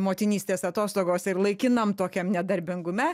motinystės atostogose ir laikinam tokiam nedarbingume